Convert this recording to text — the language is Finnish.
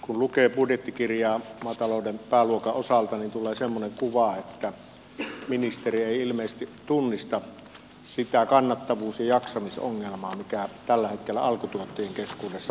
kun lukee budjettikirjaa maatalouden pääluokan osalta niin tulee semmoinen kuva että ministeri ei ilmeisesti tunnista sitä kannattavuus ja jaksamisongelmaa mikä tällä hetkellä alkutuottajien keskuudessa vallitsee